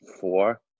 four